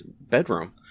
bedroom